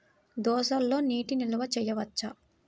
దోసలో నీటి నిల్వ చేయవచ్చా?